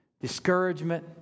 discouragement